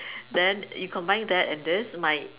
then you combine that and this might